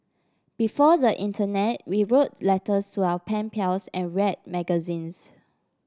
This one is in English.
before the internet we wrote letters to our pen pals and read magazines